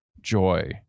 joy